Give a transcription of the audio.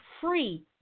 free